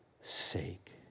sake